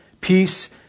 Peace